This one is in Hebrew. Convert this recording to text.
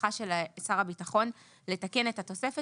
ההסמכה של שר הביטחון לתקן את התוספת